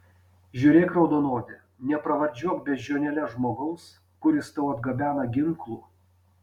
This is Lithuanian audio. žiūrėk raudonodi nepravardžiuok beždžionėle žmogaus kuris tau atgabena ginklų